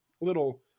little